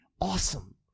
awesome